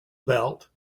belt